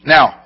Now